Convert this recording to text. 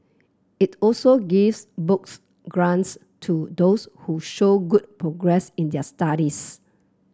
it also gives book grants to those who show good progress in their studies